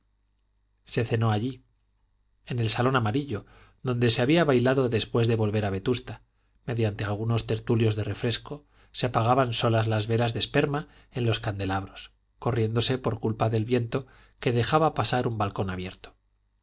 se cenó allí en el salón amarillo donde se había bailado después de volver a vetusta mediante algunos tertulios de refresco se apagaban solas las velas de esperma en los candelabros corriéndose por culpa del viento que dejaba pasar un balcón abierto